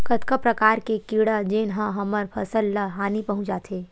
कतका प्रकार के कीड़ा जेन ह हमर फसल ल हानि पहुंचाथे?